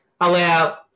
allow